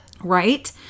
Right